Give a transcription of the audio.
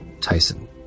Tyson